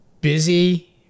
busy